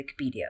Wikipedia